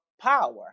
power